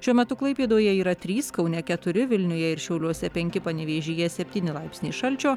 šiuo metu klaipėdoje yra trys kaune keturi vilniuje ir šiauliuose penki panevėžyje septyni laipsniai šalčio